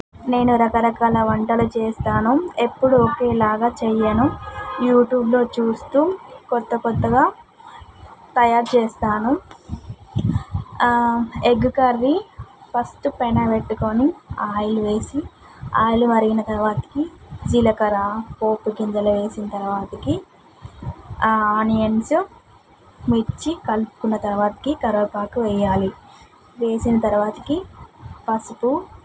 నేను రకరకాల వంటలు చేస్తాను ఎప్పుడు ఒకేలాగా చేయను యూట్యూబ్లో చూస్తు కొత్త కొత్తగా తయారు చేస్తాను ఎగ్ కర్రీ ఫస్ట్ పెనం పెట్టుకుని ఆయిల్ వేసి ఆయిల్ మరిగిన తర్వాతకి జీలకర్ర పోపు గింజలు వేసిన తర్వాత ఆ ఆనియన్స్ మిర్చి కలుపుకున్న తర్వాత కరివేపాకు వేయాలి వేసిన తర్వాత పసుపు